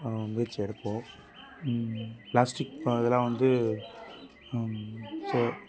முயற்சி எடுப்போம் ப்ளாஸ்டிக் அதெல்லாம் வந்து சரி